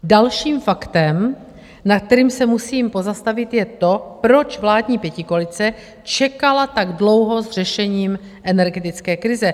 Dalším faktem, nad kterým se musím pozastavit, je to, proč vládní pětikoalice čekala tak dlouho s řešením energetické krize.